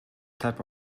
type